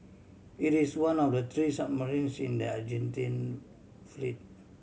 it is one of the three submarine in the Argentine fleet